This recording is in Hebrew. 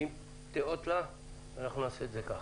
אם תיאות לה, אנחנו נעשה את זה ככה.